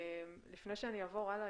לפני שאעבור הלאה,